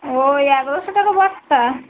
ওই এগারোশো টাকা বস্তা